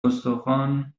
استخوان